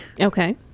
Okay